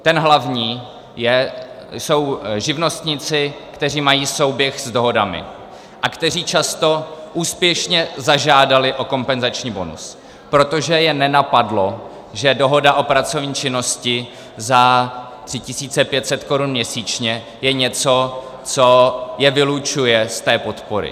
Ten hlavní je, jsou živnostníci, kteří mají souběh s dohodami a kteří často úspěšně zažádali o kompenzační bonus, protože je nenapadlo, že dohoda o pracovní činnosti za 3 500 korun měsíčně je něco, co je vylučuje z té podpory.